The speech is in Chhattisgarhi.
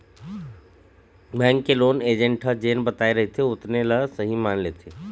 बेंक के लोन एजेंट ह जेन बताए रहिथे ओतने ल सहीं मान लेथे